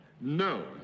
No